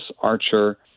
Archer